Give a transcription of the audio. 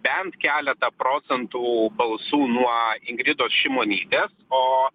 bent keletą procentų balsų nuo ingridos šimonytės o